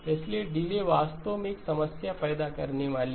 इसलिए डिले वास्तव में एक समस्या पैदा करने वाली है